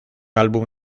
álbum